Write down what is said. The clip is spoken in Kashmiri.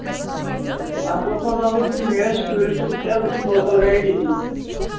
اَصلی اوس مےٚ زانُن کہِ مےٚ ٲسۍ ٹوٗرِسٹ ہُتہِ حظ بہٕ چھُس لوکل گائیڈ ییٚتی